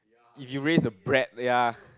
if you raise a brat ya